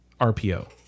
RPO